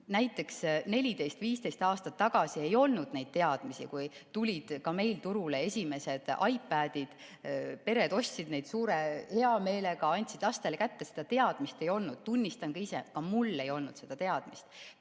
Näiteks 14–15 aastat tagasi ei olnud neid teadmisi, kui meil tulid turule esimesed iPadid. Pered ostsid neid suure heameelega, andsid lastele kätte – seda teadmist ei olnud. Tunnistan ka ise: ka mul ei olnud seda teadmist.